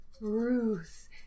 Ruth